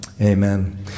Amen